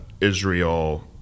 Israel